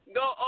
go